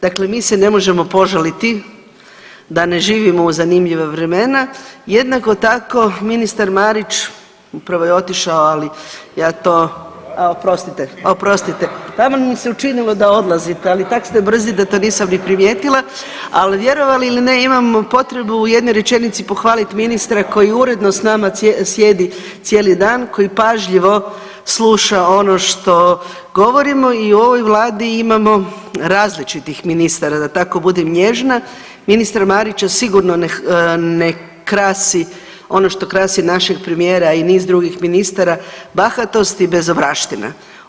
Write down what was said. Dakle, mi se ne možemo požaliti da ne živimo u zanimljiva vremena, jednako tako ministar Marić, upravo je otišao, ali ja to, a oprostite, oprostite, taman mi se učinilo da odlazite, ali tak ste brzi da to nisam ni primijetila, ali vjerovali ili ne imam potrebu u jednoj rečenici pohvaliti ministra koji uredno s nama sjedi cijeli dan, koji pažljivo sluša ono što govorimo i u ovoj Vladi imamo različitih ministar, da tako budem nježna, ministra Marića sigurno ne krasi ono što krasi našeg Premijera i niz drugih ministara, bahatost i bezobraština.